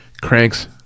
cranks